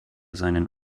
seinen